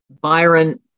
Byron